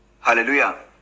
hallelujah